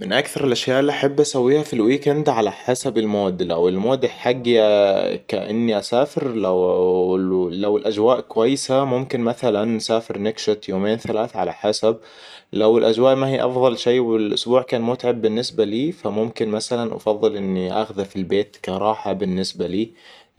من أكثر الأشياء اللي أحب أسويها في الويكند على حسب المود. لو المود حقي كأني اسافر لو - لو الأجواء كويسة ممكن مثلاً نسافر نكشت يومين ثلاث على حسب. لو الأجواء ما هي أفضل شيء والأسبوع كان متعب بالنسبة لي فممكن مثلاً أفضل إني أخذه في البيت كراحه بالنسبة لي